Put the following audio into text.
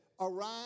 Arise